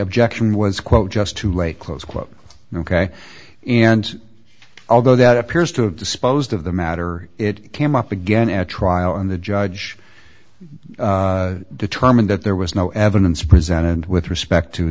objection was quote just to a close quote ok and although that appears to have disposed of the matter it came up again at trial and the judge determined that there was no evidence presented with respect to